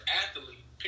athlete